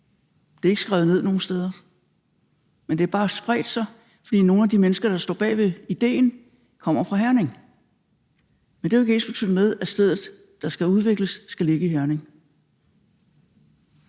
det er ikke skrevet ned nogen steder, men det har bare spredt sig, fordi nogle af de mennesker, der står bag idéen, kommer fra Herning. Men det er jo ikke ensbetydende med, at det sted, der skal udvikles, skal ligge i Herning.